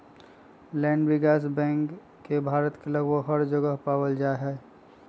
land विकास bank के भारत के लगभग हर जगह पावल जा हई